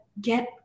get